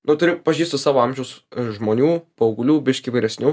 nu turiu pažįstu savo amžiaus žmonių paauglių biškį vyresnių